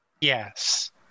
Yes